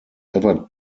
ever